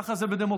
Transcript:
ככה זה בדמוקרטיה,